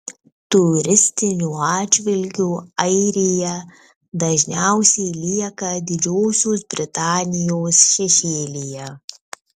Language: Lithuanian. turistiniu atžvilgiu airija dažniausiai lieka didžiosios britanijos šešėlyje